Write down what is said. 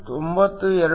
92ev